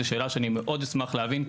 זו שאלה שאני מאוד אשמח להבין,